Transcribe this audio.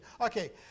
Okay